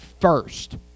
First